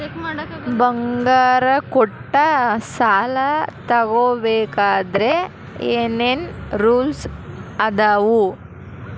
ಬಂಗಾರ ಕೊಟ್ಟ ಸಾಲ ತಗೋಬೇಕಾದ್ರೆ ಏನ್ ಏನ್ ರೂಲ್ಸ್ ಅದಾವು?